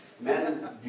Men